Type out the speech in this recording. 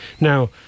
Now